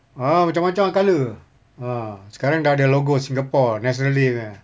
ah macam macam colour ah sekarang dah ada logo singapore national day punya